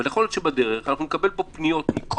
אבל יכול להיות שבדרך נקבל פה פניות מכל